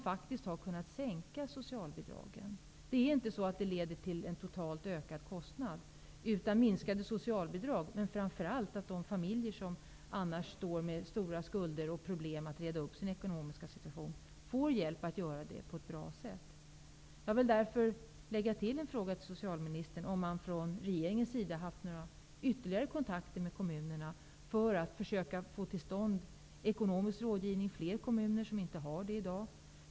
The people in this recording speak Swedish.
Det leder inte till en totalt ökat kostnad, utan till minskade socialbidrag. Men framför allt får de familjer som annars står med stora skulder och problem hjälp att reda upp sin ekonomiska situation på ett bra sätt. Har regeringen haft några ytterligare kontakter för att försöka få till stånd ekonomisk rådgivning i de kommuner som inte har det i dag?